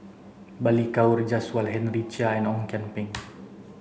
Balli Kaur Jaswal Henry Chia and Ong Kian Peng